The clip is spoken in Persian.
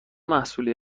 محصولی